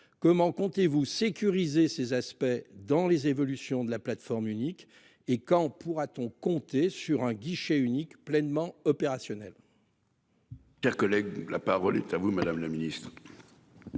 comment comptez-vous sécuriser ces aspects dans les évolutions de la plateforme unique et quand pourra-t-on compter sur un guichet unique pleinement opérationnel.